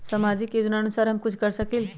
सामाजिक योजनानुसार हम कुछ कर सकील?